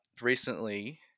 recently